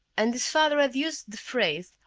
and his father had used the phrase,